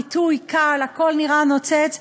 הפיתוי קל, הכול נראה נוצץ.